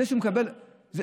הוא